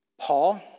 Paul